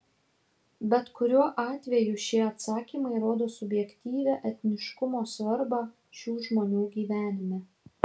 bet kuriuo atveju šie atsakymai rodo subjektyvią etniškumo svarbą šių žmonių gyvenime